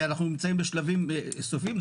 ואנחנו נמצאים בשלבים סופיים,